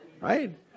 right